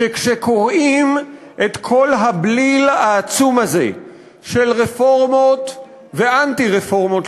שכשקוראים את כל הבליל העצום הזה של רפורמות ואנטי-רפורמות,